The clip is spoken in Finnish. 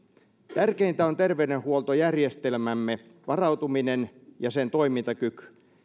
tärkeintä on terveydenhuoltojärjestelmämme varautuminen ja sen toimintakyky